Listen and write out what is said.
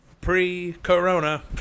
Pre-corona